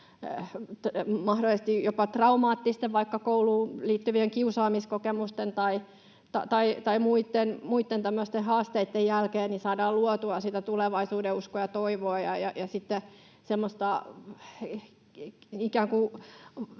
mahdollisesti jopa traumaattisten vaikka kouluun liittyvien kiusaamiskokemusten tai muitten tämmöisten haasteitten jälkeen saadaan luotua tulevaisuudenuskoa ja toivoa